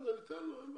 אגב,